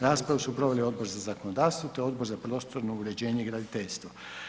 Raspravu su proveli Odbor za zakonodavstvo, te Odbor za prostorno uređenje i graditeljstvo.